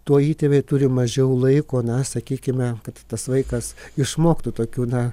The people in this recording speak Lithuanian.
tuo įtėviai turi mažiau laiko na sakykime kad tas vaikas išmoktų tokių na